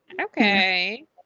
Okay